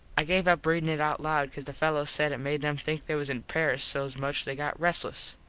i gave up readin it out loud cause the fellos said it made em think they was in paris so much they got restles.